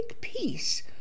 peace